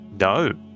No